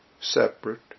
separate